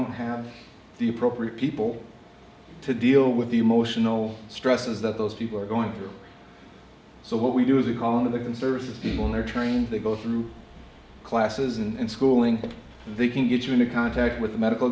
don't have the appropriate people to deal with the emotional stresses that those people are going through so what we do is we call the conservative people and they're trained they go through classes and schooling they can get you into contact with a medical